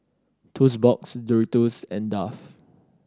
Toast Box Doritos and Dove